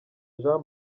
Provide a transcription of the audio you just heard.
jean